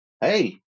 hey